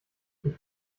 ich